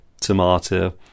tomato